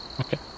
Okay